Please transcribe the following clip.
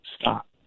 stop